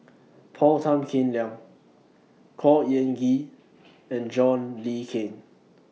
Paul Tan Kim Liang Khor Ean Ghee and John Le Cain